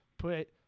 put